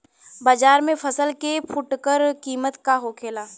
बाजार में फसल के फुटकर कीमत का होखेला?